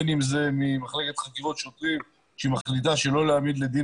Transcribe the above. בין אם זה ממחלקת חקירות שוטרים שמחליטה שלא להעמיד לדין